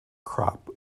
crop